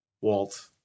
Walt